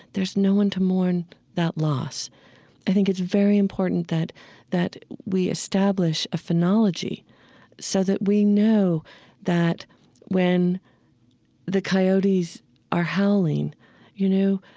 there's no one to mourn that loss i think it's very important that that we establish a phenology so that we know that when the coyotes are howling you know